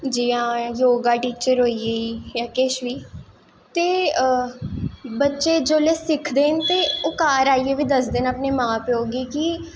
जियां yoga teacher होई गेई जां कुश बी ते बच्चे जिसले सिक्खदे न ते ओह् घर आइयै बी दसदे न अपने मां प्यो कि